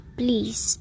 please